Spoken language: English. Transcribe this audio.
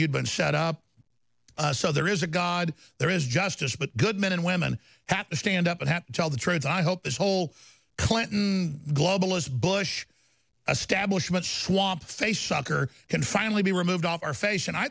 you've been set up so there is a god there is justice but good men and women have to stand up and tell the truth i hope this whole clinton globalist bush establishment swamp face sucker can finally be removed off our face and i